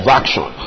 action